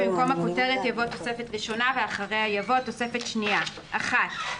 במקום הכותרת יבוא "תוספת ראשונה" ואחריה יבוא: "תוספת שנייה נתונים